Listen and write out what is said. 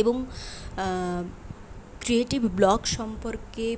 এবং creative blog সম্পর্কে